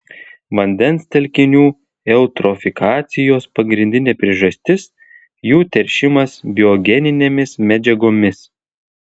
vandens telkinių eutrofikacijos pagrindinė priežastis jų teršimas biogeninėmis medžiagomis